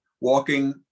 walking